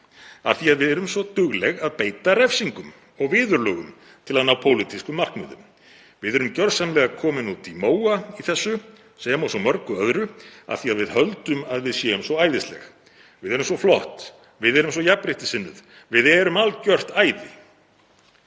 af því að við erum svo dugleg að beita refsingum og viðurlögum til að ná pólitískum markmiðum. Við erum gjörsamlega komin út í móa í þessu sem og svo mörgu öðru af því að við höldum að við séum svo æðisleg. Við erum svo flott, við erum svo jafnréttissinnuð, við erum algjört æði.“